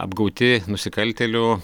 apgauti nusikaltėlių